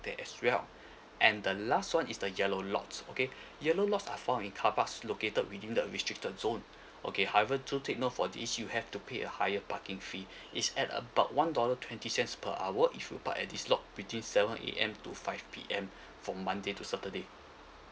there as well and the last one is the yellow lots okay yellow lots are found in car parks located within the restricted zone okay however do take note for this you have to pay a higher parking fee it's at about one dollar twenty cents per hour if you buy at this lot between seven A_M to five P_M for monday to saturday